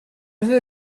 veux